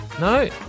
No